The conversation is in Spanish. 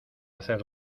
hacer